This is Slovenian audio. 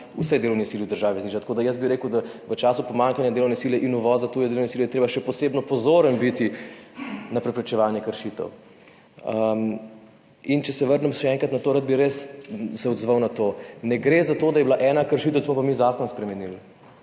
vse delovne sile v državi zniža. Jaz bi rekel, da je v času pomanjkanja delovne sile in uvoza tuje delovne sile treba biti še posebno pozoren na preprečevanje kršitev. Če se vrnem še enkrat na to. Rad bi se res odzval na to. Ne gre za to, da je bila ena kršitev in smo mi zato spremenili